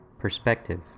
Perspective